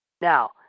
Now